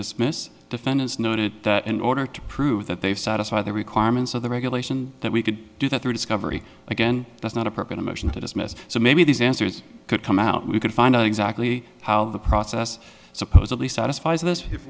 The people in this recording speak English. dismiss defendants noted that in order to prove that they satisfy the requirements of the regulation that we could do that through discovery again that's not a person a motion to dismiss so maybe these answers could come out we could find out exactly how the process supposedly satisfies this if